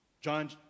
John